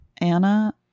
Anna